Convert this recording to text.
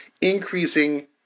increasing